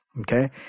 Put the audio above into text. Okay